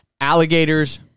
Alligators